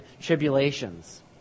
tribulations